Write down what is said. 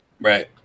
Right